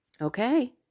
Okay